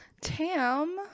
Tam